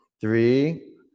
Three